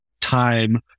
time